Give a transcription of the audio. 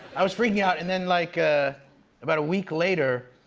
i was freaking out. and then, like, ah about a week later,